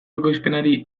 ekoizpenari